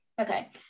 Okay